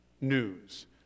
news